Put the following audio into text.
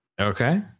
Okay